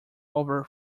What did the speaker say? over